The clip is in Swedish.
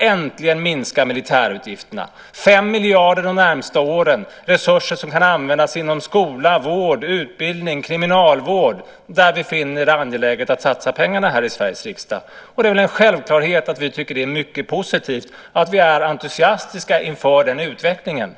äntligen minska militärutgifterna. Det är 5 miljarder under de närmaste åren. Det är resurser som kan användas inom skola, vård, utbildning, kriminalvård - där vi i Sveriges riksdag finner det angeläget att satsa pengar. Det är väl självklart att vi tycker att det är mycket positivt och att vi är entusiastiska inför den utvecklingen.